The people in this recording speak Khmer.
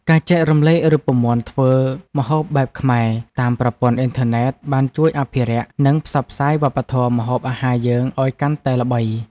ការចែករំលែករូបមន្តធ្វើម្ហូបបែបខ្មែរតាមប្រព័ន្ធអ៊ីនធឺណិតបានជួយអភិរក្ស និងផ្សព្វផ្សាយវប្បធម៌ម្ហូបអាហារយើងឱ្យកាន់តែល្បី។